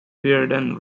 reardon